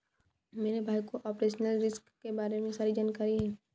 मेरे भाई को ऑपरेशनल रिस्क के बारे में सारी जानकारी है